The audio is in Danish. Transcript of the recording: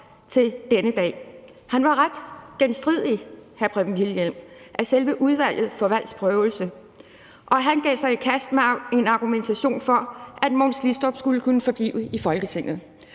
til denne dag. Han var ret genstridig, Preben Wilhjelm, i Udvalget til Valgs Prøvelse, og han gav sig i kast med en argumentation for, at Mogens Glistrup skulle kunne forblive i Folketinget,